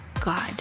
God